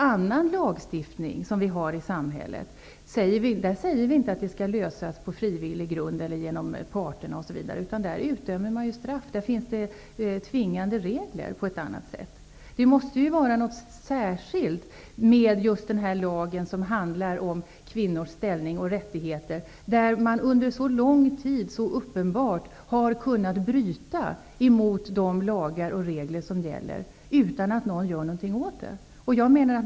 Vi säger inte att annan lagstiftning i samhället skall åstadkommas på frivillig väg eller genom parterna. Där utdömer man straff; det finns tvingande regler på ett annat sätt. Det måste vara något särskilt med just den här lagen, som handlar om kvinnors ställning och rättigheter, som man under så lång tid så uppenbart har kunnat bryta mot utan att någon gör någonting åt det.